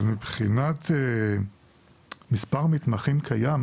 אבל מבחינת מספר מתמחים קיים